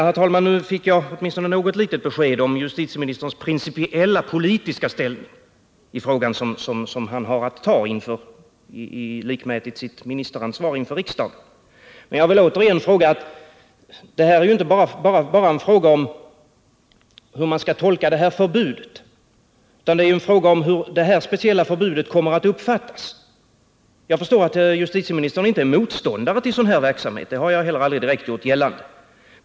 Herr talman! Nu fick jag åtminstone något litet besked om justitieministerns principiella politiska ställning i frågan, som han har att ta lik mätigt sitt ministeransvar inför riksdagen. Det här är inte bara en fråga om hur man skall tolka förbudet, utan det är också en fråga om hur det här speciella förbudet kommer att uppfattas. Jag förstår att justitieministern inte är motståndare till sådan här verksamhet — det har jag heller aldrig direkt gjort gällande.